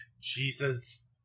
Jesus